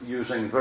using